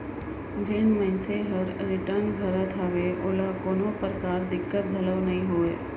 जेन मइनसे हर रिटर्न भरत हवे ओला कोनो परकार दिक्कत घलो नइ होवे